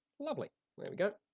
lovely, there we go.